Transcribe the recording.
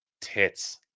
tits